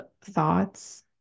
thoughts